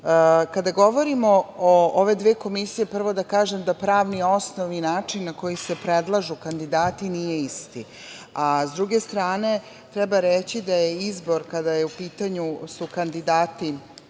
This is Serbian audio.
govorimo o ove dve komisije, prvo da kažem da pravni osnov i način na koji se predlažu kandidati nije isti. S druge strane, treba reći da je izbor kada su u pitanju kandidati